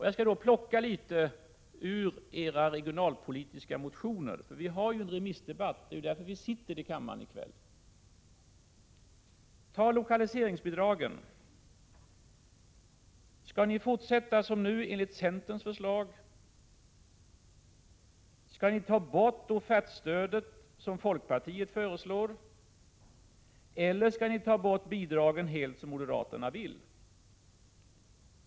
Jag skall plocka några exempel ur era regionalpolitiska motioner. Vi har ju en remissdebatt, det är därför vi sitter i kammaren i kväll. Skall ni när det gäller lokaliseringsbidragen fortsätta som nu enligt centerns förslag? Skall ni ta bort offertstödet, som folkpartiet föreslår, eller skall ni ta bort bidragen helt, som moderaterna vill?